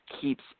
keeps